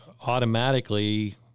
automatically